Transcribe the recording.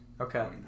Okay